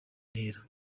ntera